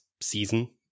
season